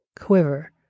quiver